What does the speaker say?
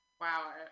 Wow